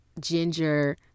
ginger